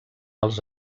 als